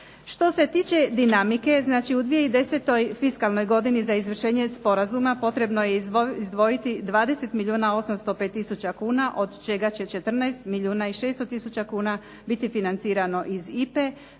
Što se tiče dinamike znači u 2010. fiskalnoj godini za izvršenje sporazuma potrebno je izdvojiti 20 milijuna 805 tisuća kuna od čega će 14 milijuna i 600 tisuća kuna biti financirano iz IPA-e,